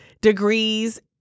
degrees